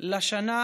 לשנה